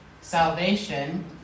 salvation